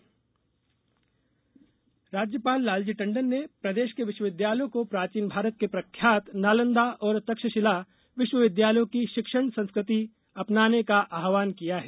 राज्यपाल राज्यपाल लालजी टंडन ने प्रदेश के विश्वविद्यालयों को प्राचीन भारत के प्रख्यात नालंदा और तक्षशिला विश्वविद्यालयों की शिक्षण संस्कृति अपनाने का आह्वान किया है